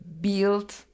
build